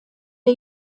der